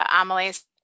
Amelie's